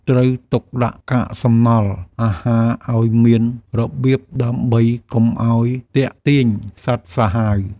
ត្រូវទុកដាក់កាកសំណល់អាហារឱ្យមានរបៀបដើម្បីកុំឱ្យទាក់ទាញសត្វសាហាវ។